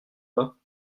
bas